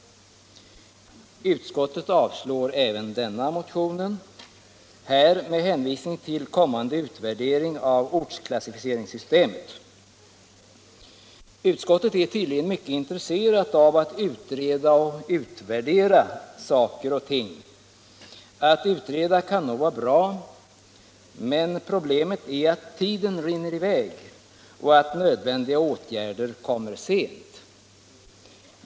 Utskottet avstyrker motionen, liksom motionen 858, här med hänvisning till kommande utvärdering av ortsklassificeringssystemet. Utskottet är tydligen mycket intresserat av att utreda och utvärdera saker och ting. Att utreda kan nog vara bra, men problemet är att tiden rinner i väg och att nödvändiga åtgärder kommer sent.